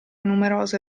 numerose